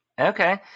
okay